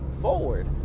forward